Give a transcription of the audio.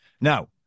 Now